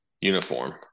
uniform